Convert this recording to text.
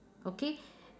okay